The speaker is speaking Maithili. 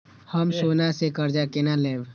हम सोना से कर्जा केना लैब?